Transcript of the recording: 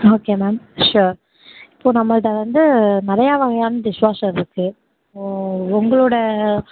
okay ma'am sure இப்போது நம்மள்கிட்ட வந்து நிறையா வகையான டிஷ் வாஷரிருக்கு உங்களோட